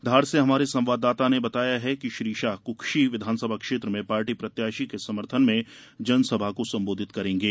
धार से हमारे संवाददाता ने बताया है कि श्री शाह कृक्षी विधानसभा क्षेत्र में पार्टी प्रत्याशी के समर्थन में जनसभा को संबोधित करेंगे